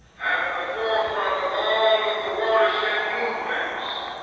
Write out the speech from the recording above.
at the forefront of all of the watershed movements